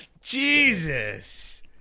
Jesus